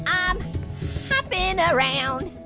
i'm hopping around.